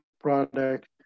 product